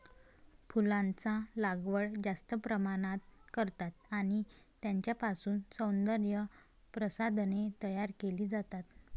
फुलांचा लागवड जास्त प्रमाणात करतात आणि त्यांच्यापासून सौंदर्य प्रसाधने तयार केली जातात